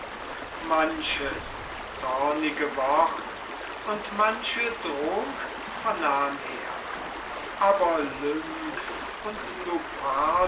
manches zornige wort und manche drohung vernahm er aber lynx und